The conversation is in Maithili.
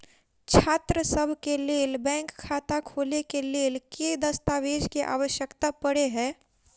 छात्रसभ केँ लेल बैंक खाता खोले केँ लेल केँ दस्तावेज केँ आवश्यकता पड़े हय?